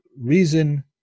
reason